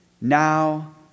Now